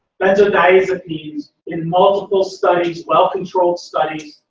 benzodiazepine's in multiple studies, well-controlled studies.